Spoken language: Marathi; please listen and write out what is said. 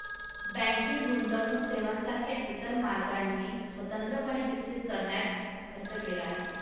बँकिंग गुंतवणूक सेवांसारख्या इतर मार्गांनी स्वतंत्रपणे विकसित करण्यात खर्च केला आहे